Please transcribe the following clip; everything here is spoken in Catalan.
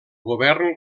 govern